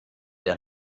der